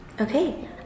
Okay